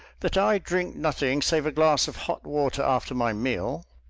that i drink nothing save a glass of hot water after my meal.